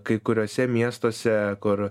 kai kuriuose miestuose kur